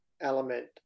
element